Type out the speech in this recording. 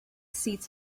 seats